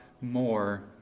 more